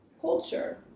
culture